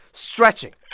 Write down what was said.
stretching